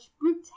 brute